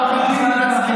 חבר הכנסת גלעד קריב,